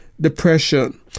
depression